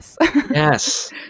yes